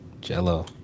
Jello